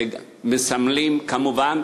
כמובן,